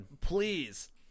please